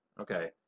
Okay